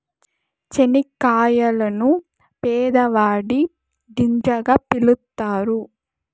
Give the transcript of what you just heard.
చనిక్కాయలను పేదవాడి గింజగా పిలుత్తారు